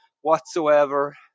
whatsoever